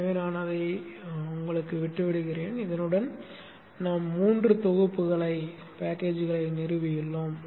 எனவே நான் அதை விட்டுவிடுகிறேன் இதனுடன் நாம் மூன்று தொகுப்புகளை நிறுவியுள்ளோம்